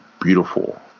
beautiful